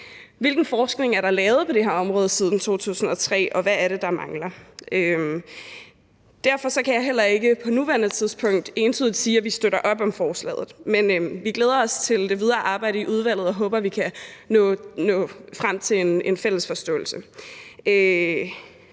Hvilken forskning er der lavet på det her område siden 2003, og hvad er det, der mangler? Derfor kan jeg heller ikke på nuværende tidspunkt entydigt sige, at vi støtter forslaget, men vi glæder os til det videre arbejde i udvalget og håber, at vi kan nå frem til en fælles forståelse